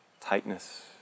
tightness